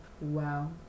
Wow